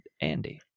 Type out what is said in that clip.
andy